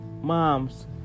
mom's